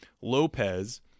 Lopez